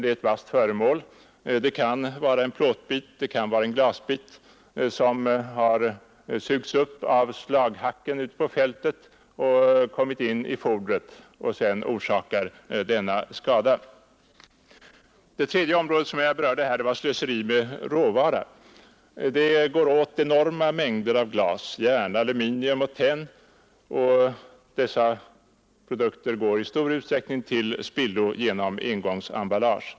Det kan vara fråga om en plåtbit, en glasbit eller något annat som sugits upp av slaghackan ute på fältet och kommit in i fodret. Den tredje punkt jag berörde gällde slöseriet med råvarorna. Det används enorma mängder av glas, järn, aluminium och tenn, som i stor utsträckning går till spillo genom engångsemballage.